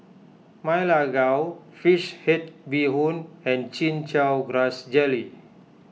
Ma Lai Gao Fish Head Bee Hoon and Chin Chow Grass Jelly